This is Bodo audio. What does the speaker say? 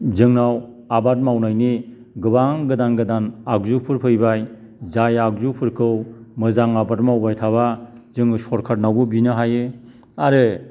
जोंनाव आबाद मावनायनि गोबां गोदान गोदान आगजुफोर फैबाय जाय आगजुफोरखौ मोजां आबाद मावबाय थाबा जोङो सरकारनावबो बिनो हायो आरो